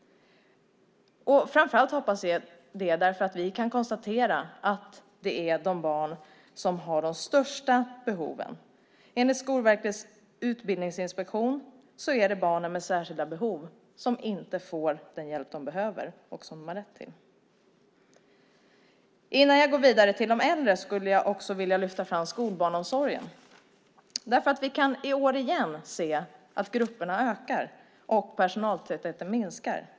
Framför allt hoppas jag det därför att vi kan konstatera att det gäller de barn som har de största behoven. Enligt Skolverkets utbildningsinspektion är det barnen med särskilda behov som inte får den hjälp de behöver och som de har rätt till. Innan jag går vidare till de äldre skulle jag vilja lyfta fram skolbarnsomsorgen. Vi kan nämligen i år igen se att grupperna ökar och personaltätheten minskar.